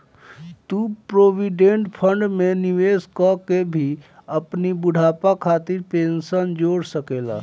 तू provident fund में निवेश कअ के भी अपनी बुढ़ापा खातिर पेंशन जोड़ सकेला